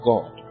God